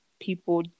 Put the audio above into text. people